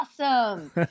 Awesome